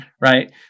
right